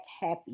Happy